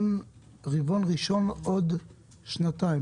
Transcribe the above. רבעון ראשון עוד שנתיים,